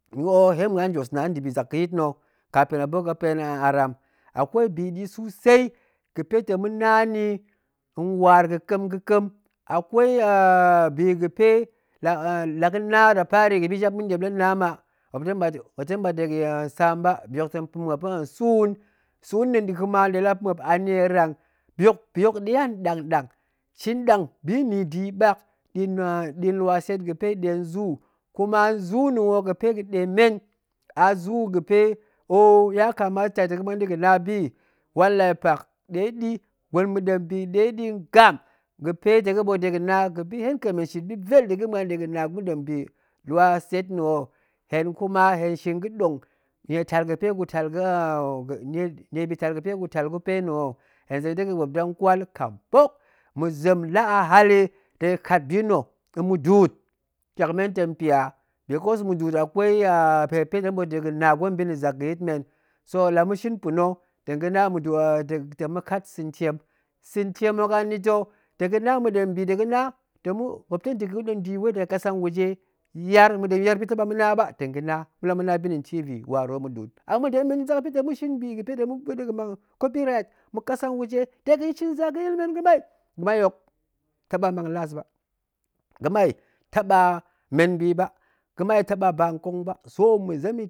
Wo hen niuan jos na nda̱bi zak ga̱yit, kapin muop ga̱ pa̱ hen aram, akwei bi ɗi susei ga̱pe tong ma̱na ni nwaar ga̱kem ga̱kem, akwei bi ga̱pe la ga̱na da pari ga̱bi jap ma̱ɗien lana ma muop tong ɓat ga̱sam ba bi hok tong pa̱ muop tsuun, tsuun na̱ kuma nɗe la pa̱ muop a nierang, bi hok, bi hok, nɗe anɗang nɗang, shin nɗang bi nna̱ da̱ yi ɗak nɗa̱a̱n lwa ntset ga̱pe nɗe zuu, kuma zuu nna̱ wo ga̱pe ga̱ɗe men, azuu ga̱pe oh yakamata ta̱ ga̱ muan da̱ga̱ na bi, wild life park nɗeɗi, gwen ma̱ɗem ɓi nɗeɗi ngam ga̱pe ta̱ ga̱ɓool dega̱n na ga̱ɓi hen kem hen shin ɓit vel da̱ ga̱ muan dega̱ na ma̱dem bi lwa ntset nna̱ ho, hen kuma hen shin ga̱ɓong, nietal ga̱pe gutal gupa̱ hen nna̱, hen zem dega̱ ɓop ɗang kwal kam bok ma̱ zeru la hali de kat bi nna̱ mudu'ut tyak men tong pya because mu du'ut akwei pe ga̱pe tong ma̱ɓat dega̱ gwen bi nna̱ zak ga̱yit men, so la ma̱ shin pa̱na̱ ta̱. ga̱na mu du'ut tong ma̱kat sa̱mtiem, sa̱ntiem hok anita̱ ta̱ ga̱na ma̱deru bi ta̱ ga̱na muop tong da̱ga̱ ma̱ɗem ɓi wei daga kasawuje yar ma̱ɗem yar ga̱pe taɓa ma̱ na ba tong ga̱na ma̱ɗe ma̱na bi nna̱ tv waru muɗu'ut, a mma den men ta̱ zak ga̱pe ta̱ ma̱shin bi waru mudu'ut, a mma̱ den men ta̱ zak ga̱pe ta̱ mashir ga̱tong ma̱ɓool dega̱ mang copy right mmuk kasawuje dega̱n shin zak gayil men ga̱ma, ga̱mai hok taba mang last ɓa, ga̱mai taɗa men bi ba, ga̱mai taɓa ba nkong ba so ma̱zemyi